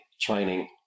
training